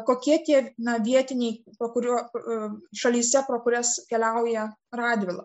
kokie tie na vietiniai po kurio šalyse pro kurias keliauja radvila